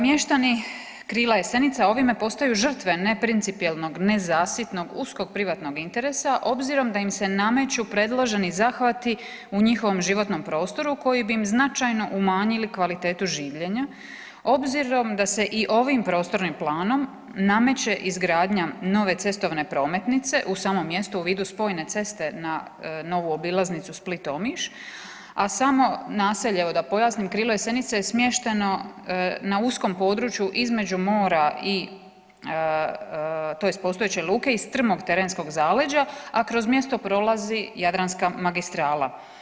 Mještani Krila Jesenica ovime postaju žrtve neprincipijelnog, nezasitnog, uskog privatnog interesa obzirom da im se nameću predloženi zahvati u njihovom životnom prostoru koji bi im značajno umanjili kvalitetu življenja, obzirom da se i ovim prostornim planom nameće izgradnja nove cestovne prometnice u samom mjestu u vidu spojne ceste na novu obilaznicu Split-Omiš a samo naselje da pojasnim, Krilo Jesenice je smješteno na uskom području između mora i tj. postojeće luke i strmog terenskog zaleđa a kroz mjesto prolazi Jadranka magistrala.